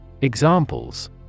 Examples